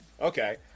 Okay